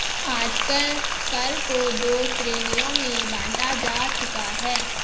आजकल कर को दो श्रेणियों में बांटा जा चुका है